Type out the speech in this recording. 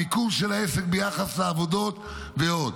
המיקום של העסק ביחס לעבודות ועוד.